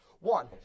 One